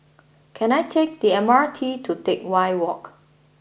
can I take the M R T to Teck Whye Walk